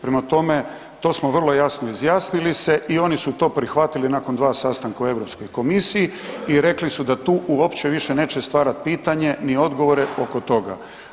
Prema tome, to smo vrlo jasno izjasnili se i oni su to prihvatili nakon 2 sastanka u EU komisiji i rekli su da tu uopće više neće stvarati pitanje ni odgovore oko toga.